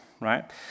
right